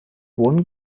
wohnen